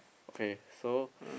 okay so